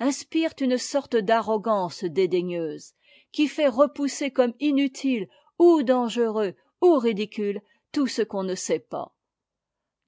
inspirent une sorte d'arrogance dédaigneuse qui fait repousser comme inutile ou dangereux ou ridicule tout ce qu'on ne sait pas